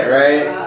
right